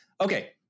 Okay